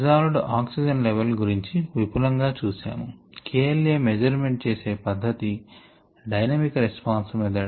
జాల్వ్డ్ oxygen level గురించి విపులంగా చూసాము k l a measurement చేసే పధ్ధతి డైనమిక్ రెస్పాన్స్ మెథడ్